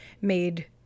made